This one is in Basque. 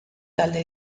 talde